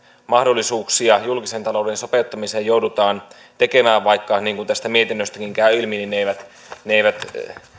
mahdollisuuksia julkisen talouden sopeuttamiseen joudutaan tekemään vaikka niin kuin tästä mietinnöstäkin käy ilmi ne eivät ne eivät